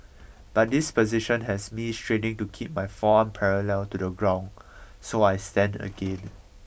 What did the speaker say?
but this position has me straining to keep my forearm parallel to the ground so I stand again